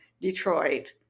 Detroit